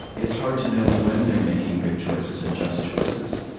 it's hard to know when they're making good choices and just choices.